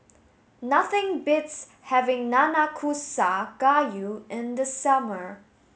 nothing beats having Nanakusa gayu in the summer